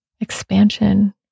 expansion